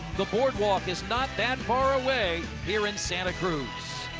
the boardwalk is not that far away here in santa cruz.